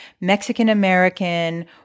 Mexican-American